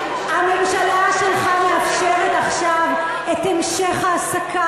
הממשלה שלך מאפשרת עכשיו את המשך ההעסקה